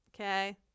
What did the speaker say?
okay